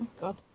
God